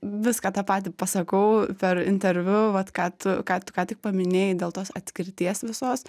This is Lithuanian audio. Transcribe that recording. viską tą patį pasakau per interviu vat ką tu ką tu ką tik paminėjai dėl tos atskirties visos